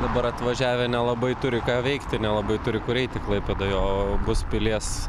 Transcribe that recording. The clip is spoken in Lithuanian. dabar atvažiavę nelabai turi ką veikti nelabai turi kur eiti klaipėdoje o bus pilies